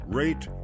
rate